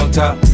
top